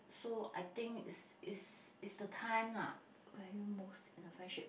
so I think it's it's it's the time lah value most in the friendship